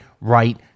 right